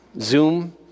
Zoom